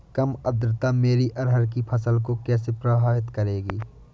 कम आर्द्रता मेरी अरहर की फसल को कैसे प्रभावित करेगी?